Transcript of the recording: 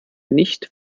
nicht